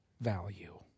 value